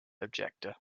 objector